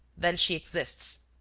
then she exists?